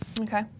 Okay